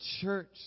church